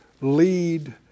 lead